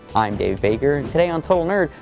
i'm dave baker. today on total nerd,